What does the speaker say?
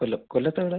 കൊല്ലം കൊല്ലത്ത് എവിടെ